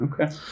Okay